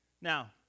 Now